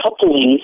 couplings